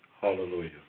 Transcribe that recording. Hallelujah